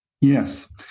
Yes